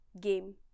game